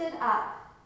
up